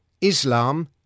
Islam